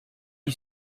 you